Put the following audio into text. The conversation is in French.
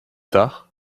tard